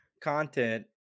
content